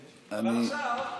נכון.